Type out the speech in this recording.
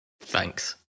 Thanks